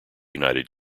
united